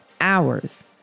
hours